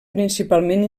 principalment